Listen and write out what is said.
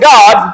God